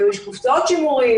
קופסאות שימורים,